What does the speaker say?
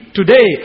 today